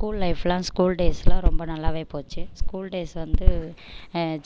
school லைஃப்லாம் school டேஸ்லாம் ரொம்ப நல்லாவே போச்சு ஸ்கூல் டேஸ் வந்து